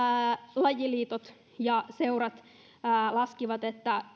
lajiliitot ja seurat laskivat että